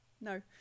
no